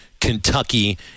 Kentucky